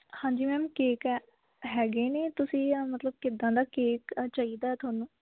ਹਾਂਜੀ ma'am cake ਹੈ ਹੈਗੇ ਨੇ ਤੁਸੀਂ ਮਤਲਬ ਕਿੱਦਾਂ ਦਾ ਕੇਕ ਚਾਹੀਦਾ ਤੁਹਾਨੂੰ